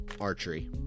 Archery